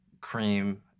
Cream